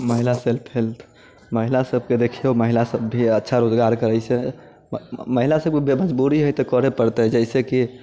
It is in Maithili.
महिला सेल्फ हेल्प महिला सभकेँ देखियौ महिला सभ भी अच्छा रोजगार करैत छै महिला सभकेँ मजबूरी है तऽ करै पड़तै जैसे कि